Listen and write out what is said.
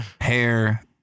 hair